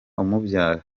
umubyara